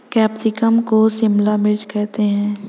capsicum को शिमला मिर्च करते हैं